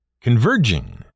converging